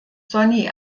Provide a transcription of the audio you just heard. sonny